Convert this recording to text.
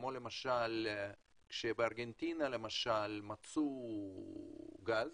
כמו למשל בארגנטינה מצאו גז,